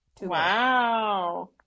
Wow